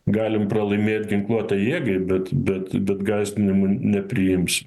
galim pralaimėt ginkluotai jėgai bet bet bet gąsdinimų nepriims